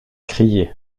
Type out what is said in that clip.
crier